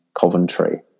Coventry